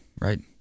right